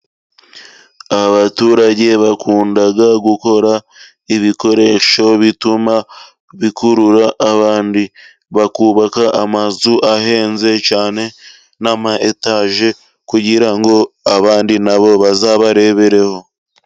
Abaturage bakunda gukora ibikoresho bituma bikurura abandi, bakubaka amazu ahenze cyane n'ama etaje, kugira ngo abandi na bo bazabarebereho.